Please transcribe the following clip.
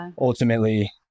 ultimately